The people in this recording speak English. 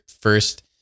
first